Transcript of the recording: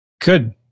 Good